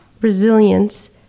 Resilience